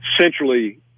centrally